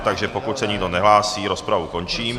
Takže pokud se nikdo nehlásí, rozpravu končím.